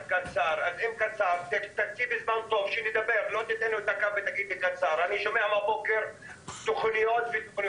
אל תגיד לי קצר, אני שומע מהבוקר תוכניות.